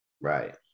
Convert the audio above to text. Right